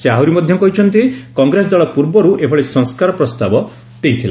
ସେ ଆହୁରି ମଧ୍ୟ କହିଛନ୍ତିକଂଗ୍ରେସ ଦଳ ପୂର୍ବରୁ ଏଭଳି ସଂସ୍କାର ପ୍ରସ୍ତାବ ଦେଇଥିଲା